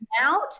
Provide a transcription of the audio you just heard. out